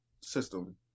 system